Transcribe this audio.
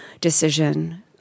decision